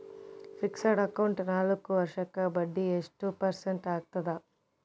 Fixed account ನಾಲ್ಕು ವರ್ಷಕ್ಕ ಬಡ್ಡಿ ಎಷ್ಟು ಪರ್ಸೆಂಟ್ ಆಗ್ತದ?